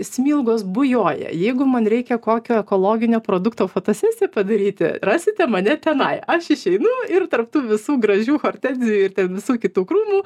smilgos bujoja jeigu man reikia kokio ekologinio produkto fotosesiją padaryti rasite mane tenai aš išeinu ir tarp tų visų gražių hortenzijų ir ten visų kitų krūmų